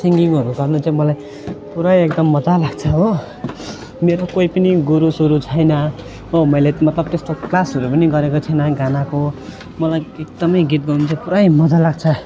सिङगिङहरू गर्नु चाहिँ मलाई पुरै एकदम मजा लाग्छ हो मेरो कोही पनि गुरुसुरु छैन हो मैले मतलब त्यस्तो क्लासहरू पनि गरेको छैन गानाको मलाई एकदमै गीत गाउनु चाहिँ पुरै मजा लाग्छ